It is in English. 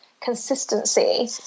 consistency